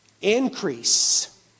Increase